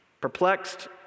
perplexed